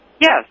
Yes